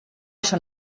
schon